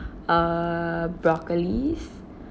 uh broccolis